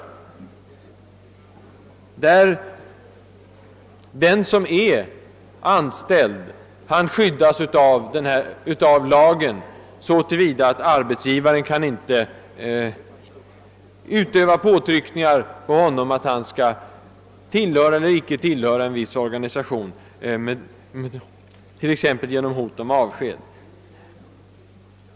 Den som är anställd skyddas av lagen så till vida att arbetsgivaren inte kan utöva påtryckningar på honom att han skall tillhöra eller icke tillhöra en viss organisation, t.ex. genom hot om avsked.